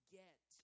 get